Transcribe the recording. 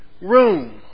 room